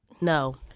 No